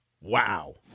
wow